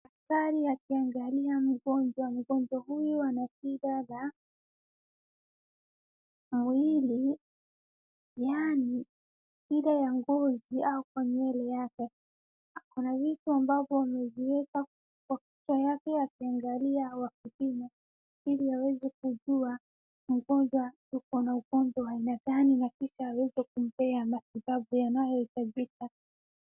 Daktari akiangalia mgonjwa. Mgonjwa huyu ana shida za mwili. Yaani shida ya ngozi au kwa nywele yake. Ako na vitu ambavyo ameziweka kwa kichwa yake akiangalia au akipima, ili aweze kujua mgonjwa yuko na ugonjwa wa aina gani na kisha aweze kumpea matibabu yanayohitajika.